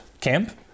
camp